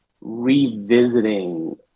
revisiting